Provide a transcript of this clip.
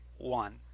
one